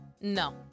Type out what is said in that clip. No